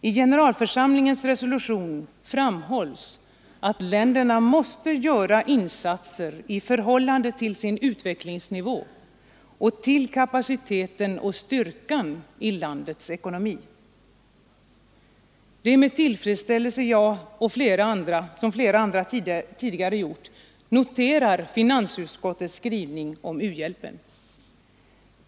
I generalförsamlingens resolutioner framhålls att länderna måste göra insatser i förhållande till sin utvecklingsnivå och till kapaciteten och styrkan i landets ekonomi. Det är med tillfredsställelse jag, som flera andra tidigare har gjort, noterar finansutskottets skrivning om u-hjälpen.